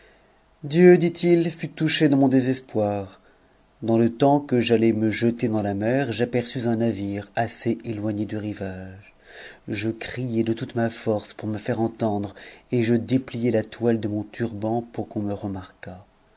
dieu dit-il fut touché de mon désespoir dans le temps que j'allais me jeter dans la mer j'aperçus un navire assez éloigne du rivage je criai de toute ma force pomt me taire entendre et je dépliai la toile de mon turban pour qu'on me remarquât